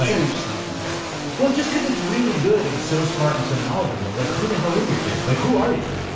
ah an interesting comparison. well, just because it's really good and so smart and so knowledgeable. i was like, who the hell is this dude? like who are you?